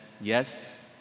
Yes